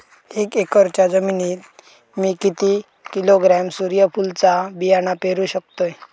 एक एकरच्या जमिनीत मी किती किलोग्रॅम सूर्यफुलचा बियाणा पेरु शकतय?